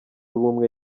ubumwe